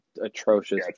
atrocious